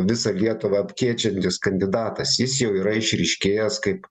visą lietuvą apkėčiantis kandidatas jis jau yra išryškėjęs kaip